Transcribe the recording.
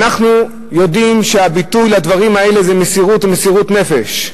אנחנו יודעים שהביטוי לדברים האלה זה מסירות נפש,